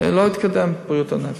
לא התקדם נושא בריאות הנפש.